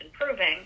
improving